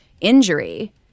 injury